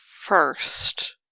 first